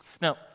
Now